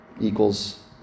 equals